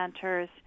centers